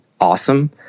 awesome